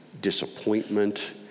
disappointment